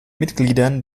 mitgliedern